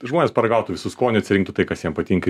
žmonės paragautų visų skonių atsirinktų tai kas jiem patinka